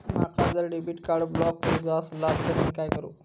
माका जर debit card block करूचा असला तर मी काय करू?